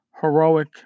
heroic